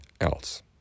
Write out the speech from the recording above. else